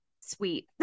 sweet